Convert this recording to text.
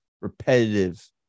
repetitive